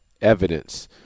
evidence